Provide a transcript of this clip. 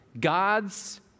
God's